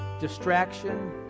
distraction